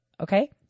Okay